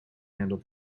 handle